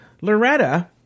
Loretta